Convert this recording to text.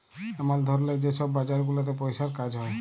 এমল ধরলের যে ছব বাজার গুলাতে পইসার কাজ হ্যয়